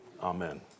Amen